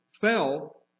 fell